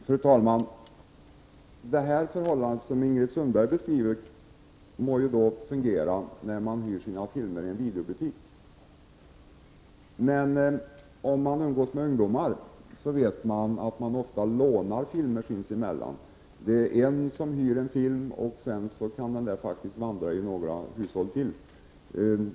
Fru talman! Det förhållande som Ingrid Sundberg beskriver må fungera när man hyr sina filmer i en videobutik. Om man umgås med ungdomar så vet man emellertid att de ofta lånar filmer sinsemellan. Någon hyr en film, och sedan kan den faktiskt vandra i ytterligare några hushåll.